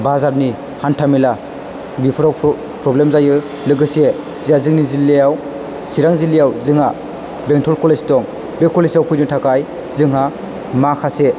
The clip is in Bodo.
बाजारनि हान्थामेला बेफोराव प्रब्लेम जायो लोगोसे जोंहा जोंनि जिल्लायाव चिरां जिल्लायाव जोंहा बेंटल कलेज दं बे कलेजआव फैनो थाखाय जोंहा माखासे